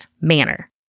manner